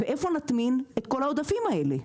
ואיפה נטמין את כל העודפים האלה?